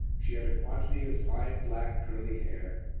she had a quantity of fine, black, curly hair,